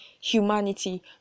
humanity